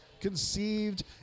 conceived